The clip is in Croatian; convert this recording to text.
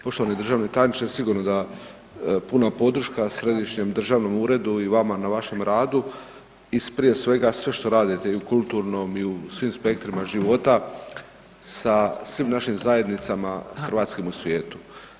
Poštovani državni tajniče, sigurno da puna podrška Središnjem državnom uredu i vama na vašem radu i prije svega, sve što radite i u kulturnom i u svim spektrima života, sa svim našim zajednicama hrvatskim u svijetu.